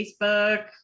Facebook